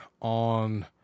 on